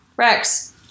Rex